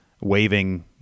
waving